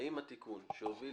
האם התיקון שהוביל